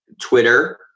Twitter